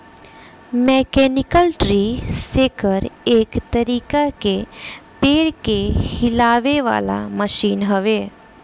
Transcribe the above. mechanical tree shaker एक तरीका के पेड़ के हिलावे वाला मशीन हवे